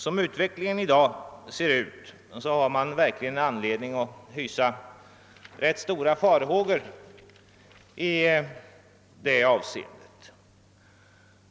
Med den utveckling som nu skett har man anledning hysa ganska stora farhågor i det avseendet.